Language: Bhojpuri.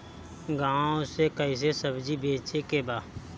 गांव से कैसे सब्जी बेचे के बा?